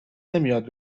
نمیاد